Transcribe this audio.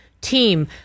team